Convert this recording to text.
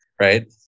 right